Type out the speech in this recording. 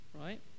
right